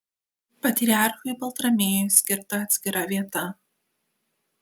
patriarchui baltramiejui skirta atskira vieta